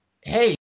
hey